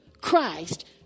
Christ